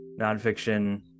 nonfiction